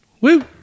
Woo